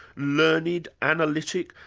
learned, analytic,